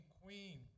queen